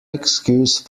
excuse